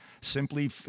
Simply